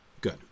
Good